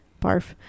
Barf